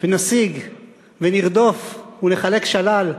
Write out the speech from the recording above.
ונשיג ונרדוף ונחלק שלל.